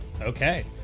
Okay